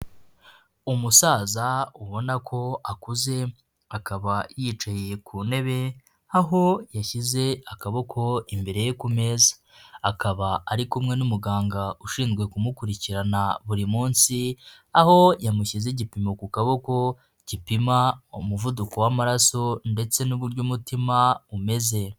Umusaza ubona ko akuze akaba yicaye ku ntebe aho yashyize akaboko imbere ye ku meza, akaba ari kumwe n'umuganga ushinzwe kumukurikirana buri munsi, aho yamushyize igipimo ku kaboko gipima umuvuduko w'amaraso ndetse n'uburyo umutima umeze.